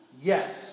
Yes